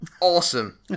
Awesome